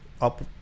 up